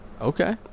Okay